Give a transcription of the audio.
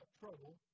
trouble